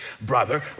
brother